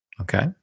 Okay